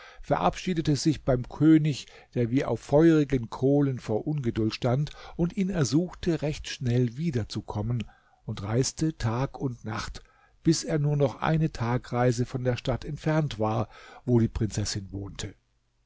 verabschiedete sich beim könig der wie auf feurigen kohlen vor ungeduld stand und ihn ersuchte recht schnell wieder zu kommen und reiste tag und nacht bis er nur noch eine tagreise von der stadt entfernt war wo die prinzessin wohnte